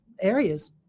areas